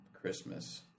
Christmas